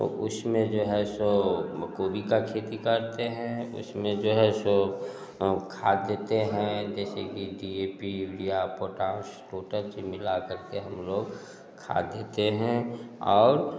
उसमें जो है सो गोभी का खेती करते हैं उसमें जो है सो खाद देते हैं जैसे कि फोटास मिल कर के हम लोग खाद देते हैं और